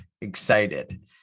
excited